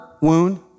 wound